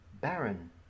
baron